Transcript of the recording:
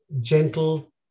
gentle